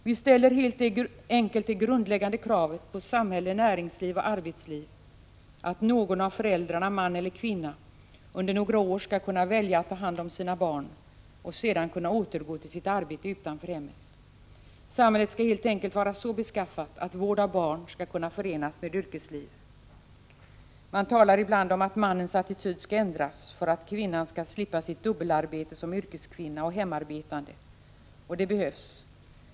Vi ställer helt enkelt det grundläggande kravet på samhälle, näringsliv och arbetsliv att någon av föräldrarna, man eller kvinna, under några år skall kunna välja att ta hand om sina barn och sedan kunna återgå till sitt arbete utanför hemmet. Samhället skall helt enkelt vara så beskaffat att vård av barn skall kunna förenas med yrkesliv. Man talar ibland om att mannens attityd skall ändras för att kvinnan skall slippa sitt dubbelarbete som yrkeskvinna och hemarbetande, och det behövs.